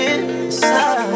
Inside